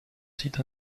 site